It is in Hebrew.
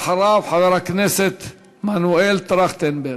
אחריו, חבר הכנסת מנואל טרכטנברג.